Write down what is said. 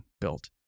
built